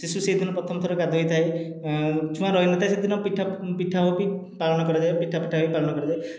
ଶିଶୁ ସେହିଦିନ ପ୍ରଥମ ଥର ଗାଧୋଇ ଥାଏ ଛୁଆଁ ରହିନଥାଏ ସେଦିନ ପିଠା ପିଠା ହଉ ପାଳନ କରାଯାଏ ପିଠା ପିଠା ହୋଇ ପାଳନ କରାଯାଏ